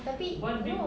tapi no